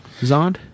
Zond